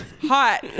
hot